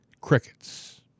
crickets